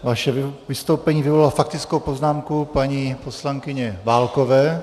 Vaše vystoupení vyvolalo faktickou poznámku paní poslankyně Válkové.